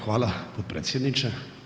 Hvala potpredsjedniče.